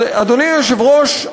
אדוני היושב-ראש,